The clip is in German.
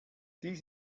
dies